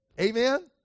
Amen